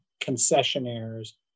concessionaires